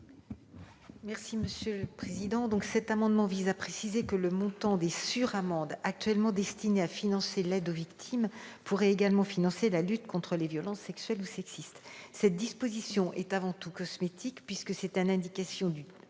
de la commission ? Cet amendement vise à préciser que le montant des sur-amendes, actuellement destiné à financer l'aide aux victimes, pourrait également financer la lutte contre les violences sexuelles ou sexistes. Cette disposition est avant tout cosmétique, puisque c'est une indication du